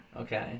Okay